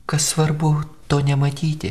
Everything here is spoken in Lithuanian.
kas svarbu to nematyti